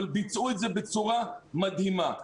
אבל ביצעו את זה בצורה מדהימה.